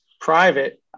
Private